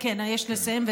כן, אסיים.